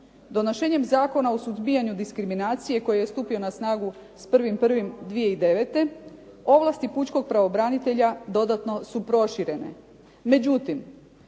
Donošenjem Zakona o suzbijanju diskriminacije koji je stupio na snagu s 1. 1. 2009. ovlasti pučkog pravobranitelja dodatno su proširene. Međutim,